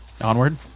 Onward